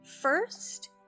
First